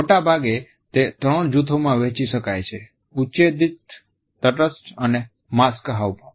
મોટા ભાગે તે ત્રણ જૂથોમાં વહેંચી શકાય છે ઉત્તેજીત તટસ્થ અને માસ્ક હાવભાવ